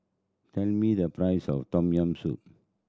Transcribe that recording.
tell me the price of Tom Yam Soup